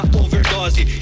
overdose